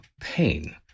pain